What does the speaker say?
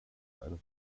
eine